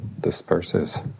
disperses